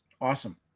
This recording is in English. Awesome